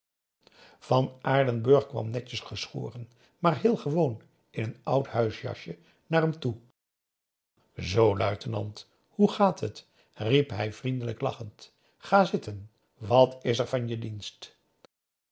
van aardenburg kwam netjes geschoren maar heel gewoon in een oud huisjasje naar hem toe zoo luitenant hoe gaat het riep hij vriendelijk lachend ga zitten wat is er van je dienst